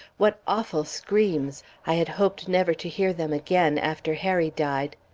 what awful screams! i had hoped never to hear them again, after harry died.